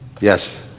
Yes